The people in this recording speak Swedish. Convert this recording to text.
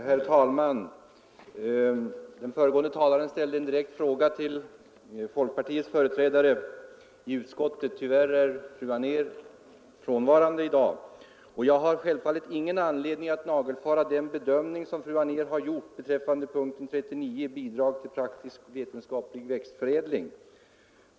Herr talman! Föregående talare ställde en direkt fråga till folkpartiets företrädare i utskottet. Fru Anér är tyvärr frånvarande i dag, Jag har självfallet ingen anledning att nagelfara den bedömning som fru Anér gjort beträffande punkten 39, Bidrag till viss praktiskt vetenskaplig växtförädling.